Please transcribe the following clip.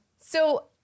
So-